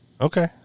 Okay